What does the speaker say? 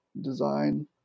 design